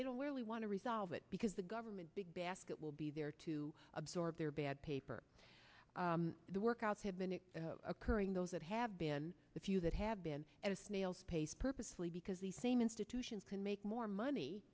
they don't really want to resolve it because the government big basket will be there to absorb their bad paper the workouts have been occurring those that have been the few that have been at a snail's pace purposefully because the same institutions can make more money